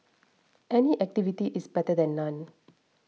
any activity is better than none